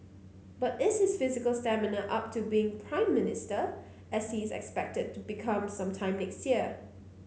but is his physical stamina up to being Prime Minister as he is expected to become some time next year